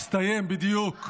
הסתיים בדיוק.